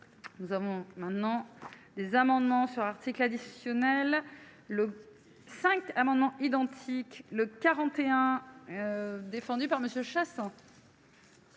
nous avons maintenant des amendements sur l'article additionnel, le 5 amendements identiques le 41, défendu par Monsieur